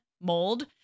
mold